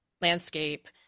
landscape